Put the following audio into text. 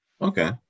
Okay